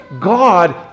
god